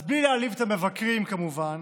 אז בלי להעליב את המבקרים, כמובן